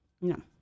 No